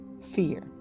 Fear